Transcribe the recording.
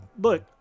look